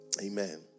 Amen